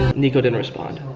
nico didn't respond.